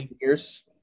years